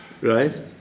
Right